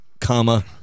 comma